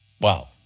Wow